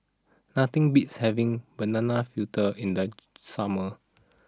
nothing beats having Banana Fritter in the summer